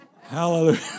Hallelujah